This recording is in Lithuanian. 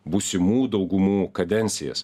būsimų daugumų kadencijas